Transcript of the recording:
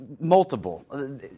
multiple